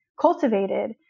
cultivated